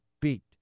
beat